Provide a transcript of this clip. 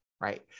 Right